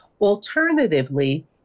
Alternatively